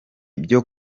byo